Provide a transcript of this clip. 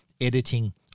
editing